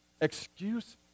Excuse